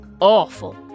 Awful